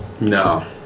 No